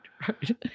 Right